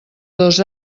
dos